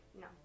no